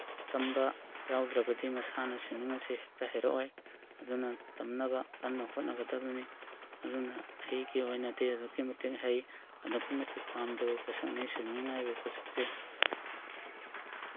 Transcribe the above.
ꯇꯝꯕ ꯌꯥꯎꯗ꯭ꯔꯕꯗꯤ ꯃꯁꯥꯅ ꯁ꯭ꯋꯤꯃꯤꯡ ꯑꯁꯦ ꯍꯦꯛꯇ ꯍꯩꯔꯛꯑꯣꯏ ꯑꯗꯨꯅ ꯇꯝꯅꯕ ꯀꯟꯅ ꯍꯣꯠꯅꯒꯗꯅꯤ ꯑꯗꯨꯅ ꯑꯩꯒꯤ ꯑꯣꯏꯅꯗꯤ ꯑꯗꯨꯛꯀꯤ ꯃꯇꯤꯛ ꯍꯩ ꯑꯗꯨꯛꯀꯤ ꯃꯇꯤꯛ ꯄꯥꯝꯖꯕ ꯄꯣꯠꯁꯛꯅꯤ ꯁ꯭ꯋꯤꯃꯤꯡ ꯍꯥꯏꯔꯤꯕ ꯄꯣꯠꯁꯛꯁꯦ